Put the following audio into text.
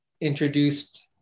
introduced